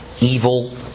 Evil